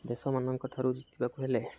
ଦେଶମାନଙ୍କଠାରୁ ଜିତିବାକୁ ହେଲେ